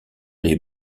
les